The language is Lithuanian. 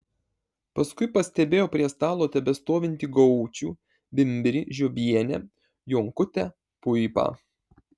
paskui pastebėjo prie stalo tebestovintį gaučį bimbirį žiobienę jonkutę puipą